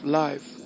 life